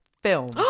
Film